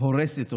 הורסת אותנו.